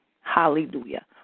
Hallelujah